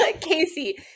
Casey